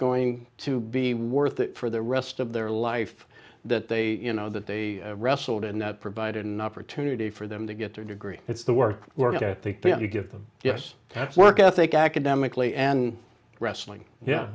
going to be worth it for the rest of their life that they you know that they wrestled and that provided an opportunity for them to get their degree it's the work you give them yes that's work ethic academically and wrestling yeah